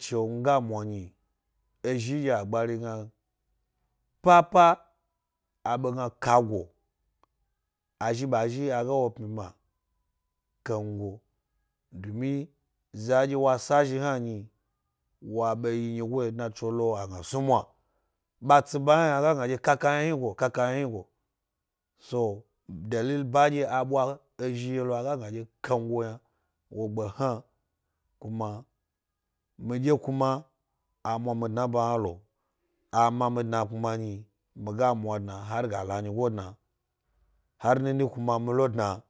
Shewo nga mwa nyi. Ezhi nɗye agbari gna papa, abe gna koga azhi ɓa zhi a ga wo pmyibma kango domi zanɗye wa sa zhi hna nyi, wa ɓe yi nyigo’n dnatso yna aga gna kakayna hni, go, kakayna hnigo. So, banɗye a ɓwa ezhin ye a ga gna ɗye kango yna hna. Kuma, miɗye kuma a ma mi dna e ba hna lo, a ma mi dna kuma nyi mmi ga mwa dna herga lo nyigo dna.